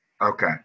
okay